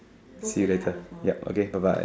see you later yep okay bye bye